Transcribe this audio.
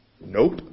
Nope